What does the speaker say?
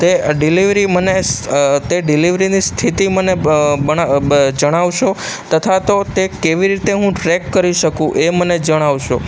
તે ડિલિવરી મને તે ડિલેવરીની સ્થિતિ મને જણાવશો તથા તો તે કેવી રીતે હું ટ્રેક કરી શકું એ મને જણાવશો